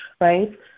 Right